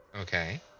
Okay